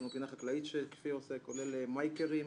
יש לנו פינה חקלאית שכפיר עושה, כולל מייקרים,